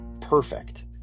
perfect